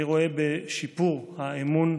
אני רואה בשיפור האמון,